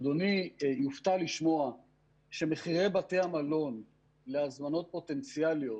אדוני יופתע לשמוע שמחירי בתי המלון להזמנות פוטנציאליות